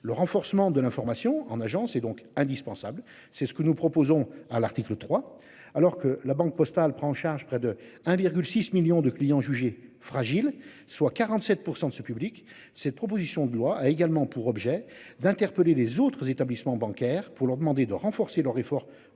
Le renforcement de l'information en agence est donc indispensable, c'est ce que nous proposons à l'article 3. Alors que la Banque Postale prend en charge près de 1,6 millions de clients jugés fragiles, soit 47% de ce public. Cette proposition de loi a également pour objet d'interpeller les autres établissements bancaires pour leur demander de renforcer leur effort pour ces